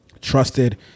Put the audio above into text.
trusted